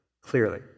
clearly